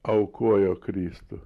aukojo kristų